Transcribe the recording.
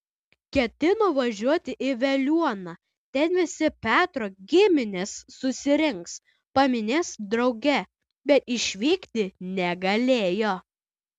ketino važiuoti į veliuoną ten visi petro giminės susirinks paminės drauge bet išvykti negalėjo